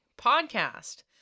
podcast